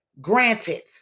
granted